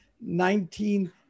nineteen